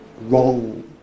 Wrong